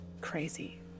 crazy